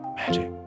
magic